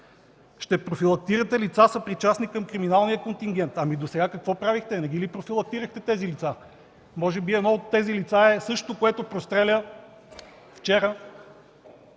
Ще профилактирате лица, съпричастни към криминалния контингент. Досега какво правихте, не ги ли профилактирахте тези лица?! Може би едно от тези лица е същото, което простреля вчера